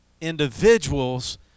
individuals